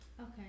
Okay